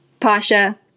Pasha